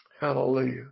Hallelujah